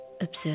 observe